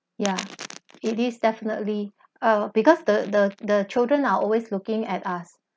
ya it is definitely uh because the the the children are always looking at us